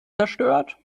zerstört